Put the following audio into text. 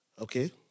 Okay